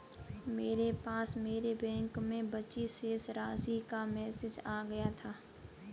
मेरे पास मेरे बैंक में बची शेष राशि का मेसेज आ गया था